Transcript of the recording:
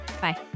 Bye